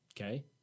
Okay